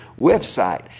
website